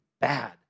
bad